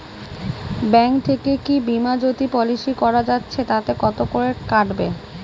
Bank থেকে কী Bima Jyoti policy করা যাচ্ছে তাতে কত করে কাটবে?